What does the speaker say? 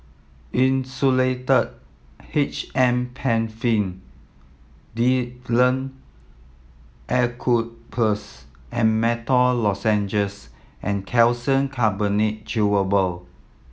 Insulatard H M Penfill Difflam Eucalyptus and Menthol Lozenges and Calcium Carbonate Chewable